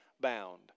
bound